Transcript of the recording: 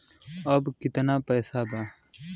अब कितना पैसा बा?